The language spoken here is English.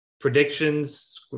predictions